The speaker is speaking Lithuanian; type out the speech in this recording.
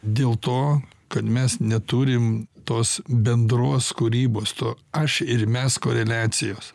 dėl to kad mes neturim tos bendros kūrybos to aš ir mes koreliacijos